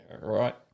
Right